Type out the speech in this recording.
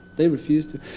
they refuse to.